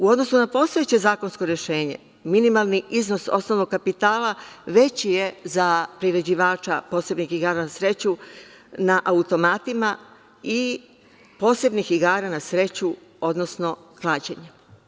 U odnosu na postojeće zakonsko rešenje minimalni iznos osnovnog kapitala veći je za priređivača posebnih igara na sreću na automatima i posebnih igara na sreću, odnosno klađenje.